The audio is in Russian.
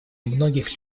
многих